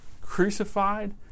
crucified